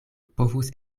povus